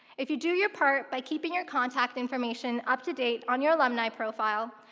if you do your part by keeping your contact information up to date on your alumni profile,